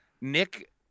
Nick